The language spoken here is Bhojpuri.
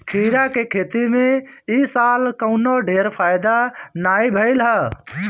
खीरा के खेती में इ साल कवनो ढेर फायदा नाइ भइल हअ